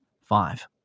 five